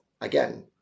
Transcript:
again